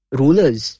rulers